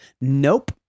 Nope